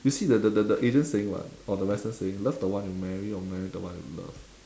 you see the the the the asian saying [what] or the western saying love the one you marry or marry the one you love